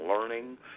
learning